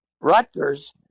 Rutgers